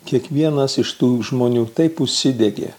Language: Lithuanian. kiekvienas iš tų žmonių taip užsidegė